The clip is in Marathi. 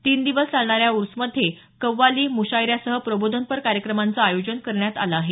तीन दिवस चालणाऱ्या या ऊर्समध्ये कव्वाली मुशायऱ्यासह प्रबोधनपर कार्यक्रमांचं आयोजन करण्यात आलं आहे